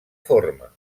forma